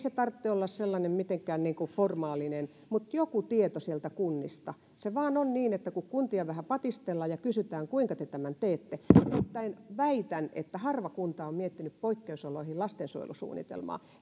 sen tarvitse olla sellainen mitenkään niin kuin formaalinen mutta joku tieto sieltä kunnista se vaan on niin että kuntia täytyy vähän patistella ja ja kysyä kuinka te tämän teette nimittäin väitän että harva kunta on miettinyt poikkeusoloihin lastensuojelusuunnitelmaa